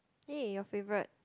!yay! your favourite